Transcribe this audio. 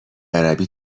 عربی